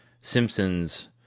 Simpsons